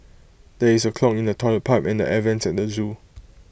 there is A clog in the Toilet Pipe and air Vents at the Zoo